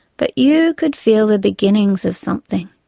but you could feel the beginnings of something,